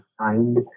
signed